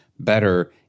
better